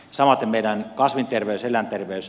samaten meidän kasviterveys eläinterveys